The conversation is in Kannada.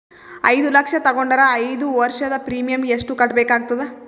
ಐದು ಲಕ್ಷ ತಗೊಂಡರ ಐದು ವರ್ಷದ ಪ್ರೀಮಿಯಂ ಎಷ್ಟು ಕಟ್ಟಬೇಕಾಗತದ?